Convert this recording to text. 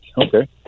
Okay